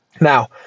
Now